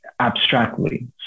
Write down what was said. abstractly